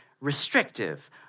restrictive